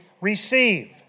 receive